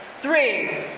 three.